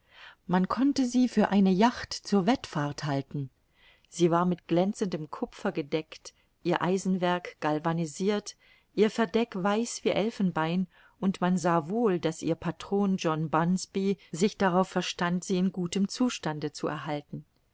man konnte sie für eine yacht zur wettfahrt halten sie war mit glänzendem kupfer gedeckt ihr eisenwerk galvanisirt ihr verdeck weiß wie elfenbein und man sah wohl daß ihr patron john bunsby sich darauf verstand sie in gutem zustande zu erhalten